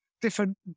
different